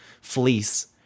fleece